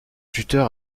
tuteur